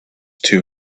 too